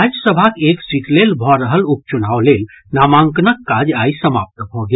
राज्य सभाक एक सीट लेल भऽ रहल उपचुनाव लेल आइ नामांकनक काज आइ समाप्त भऽ गेल